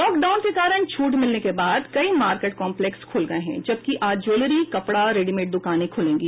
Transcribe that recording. lockdown के कारण छूट मिलने के बाद कई मार्केट कॉम्पलेक्स खुल गये है जबकि आज ज्वलेरी कपड़ा रेडिमेड दुकानें खुलेंगी